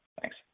Thanks